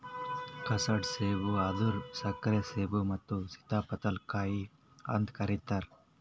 custard ಸೇಬ ಅಂದುರ್ ಸಕ್ಕರೆ ಸೇಬು ಮತ್ತ ಸೀತಾಫಲ ಕಾಯಿ ಅಂತ್ ಕರಿತಾರ್